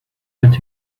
let